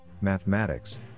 Mathematics